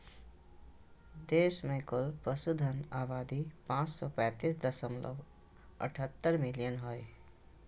देश में कुल पशुधन आबादी पांच सौ पैतीस दशमलव अठहतर मिलियन हइ